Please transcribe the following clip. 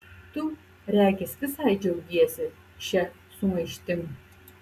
tu regis visai džiaugiesi šia sumaištim